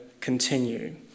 continue